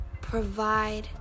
provide